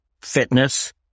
fitness